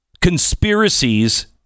conspiracies